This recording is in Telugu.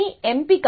మీ ఎంపిక